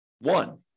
one